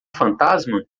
fantasma